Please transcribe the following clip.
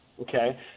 Okay